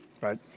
Right